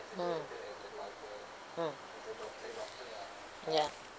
mm mm ya